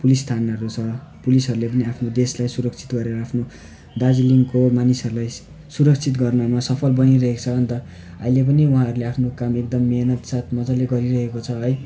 police थानाहरू छ पुलिसहरूले पनि आफ्नो देशलाई सुरक्षित गरेर आफ्नो दार्जिलिङको मानिसहरूलाई सुरक्षित गर्नमा सफल बनिरहेको छ अन्त अहिले पनि उहाँहरूले आफ्नो अहिले पनि उहाँहरू आफ्नो काम एकदम मिहिनेत साथ मजाले गरिरहेको छ है